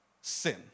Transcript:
sin